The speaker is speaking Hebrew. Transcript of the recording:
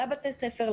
לבתי הספר,